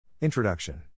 Introduction